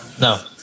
No